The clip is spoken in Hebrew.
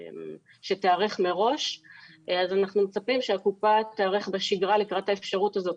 אנחנו מצפים שהקופה תיערך בשגרה לקראת האפשרות הזאת.